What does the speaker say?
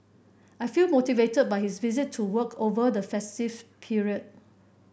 I feel motivated by his visit to work over the festive period